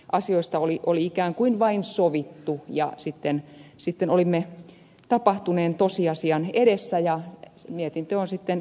asioista oli ikään kuin vain sovittu ja sitten olimme tapahtuneen tosiasian edessä ja mietintö on sitten sen mukainen